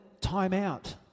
timeout